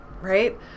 right